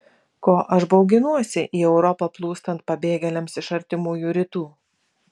ko aš bauginuosi į europą plūstant pabėgėliams iš artimųjų rytų